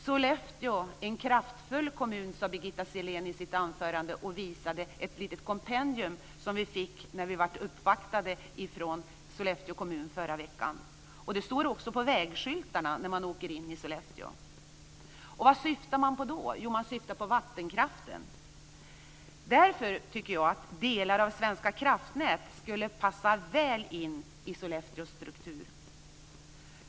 Sollefteå, en kraftfull kommun, sade Birgitta Sellén i sitt anförande och visade ett litet kompendium som vi fick när vi uppvaktades av Sollefteå kommun förra veckan. Det står också på vägskyltarna när man åker in i Sollefteå. Vad syftar man då på? Jo, man syftar på vattenkraften. Därför tycker jag att delar av Svenska kraftnät skulle passa väl in i Sollefteås struktur.